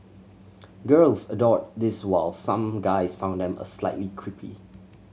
girls adored these while some guys found them a slightly creepy